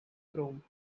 chrome